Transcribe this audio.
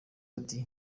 ati